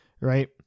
right